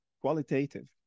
qualitative